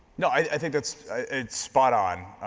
no i think it's spot um